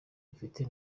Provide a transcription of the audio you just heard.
mfite